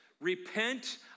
repent